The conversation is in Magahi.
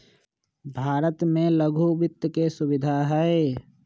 भारत में लघु वित्त के सुविधा हई